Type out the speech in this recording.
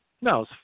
No